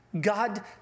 God